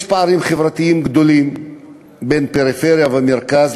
יש פערים חברתיים גדולים בין פריפריה למרכז,